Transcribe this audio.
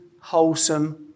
wholesome